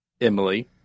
Emily